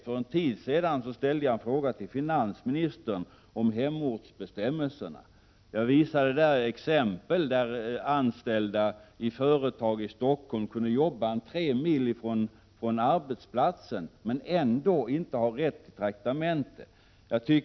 För en tid sedan ställde jag en fråga till finansministern om hemortsbestämmelserna. Jag visade då med exempel att anställda i företag i Stockholm kunde jobba tre mil från arbetsplatsen men ändå inte ha rätt till traktamente.